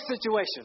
situation